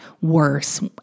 worse